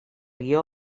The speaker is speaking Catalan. guió